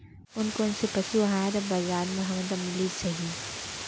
कोन कोन से पसु आहार ह बजार म हमन ल मिलिस जाही?